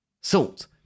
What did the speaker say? Salt